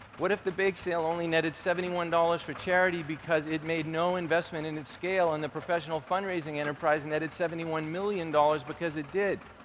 what if the bake sale only netted seventy one dollars for charity because it made no investment in its scale and the professional fundraising enterprise netted seventy one million dollars because it did?